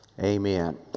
amen